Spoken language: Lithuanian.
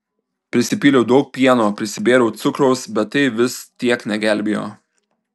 prisipyliau daug pieno prisibėriau cukraus bet tai vis tiek negelbėjo